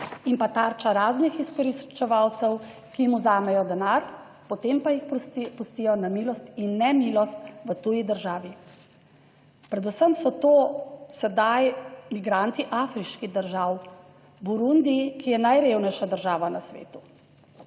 in pa tarča raznih izkoriščevalcev, ki jim vzamejo denar, potem pa jih pustijo na milost in nemilost v tuji državi. Predvsem so to sedaj migranti afriških držav, Burundi, ki je najrevnejša država na svetu,